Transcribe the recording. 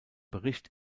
bericht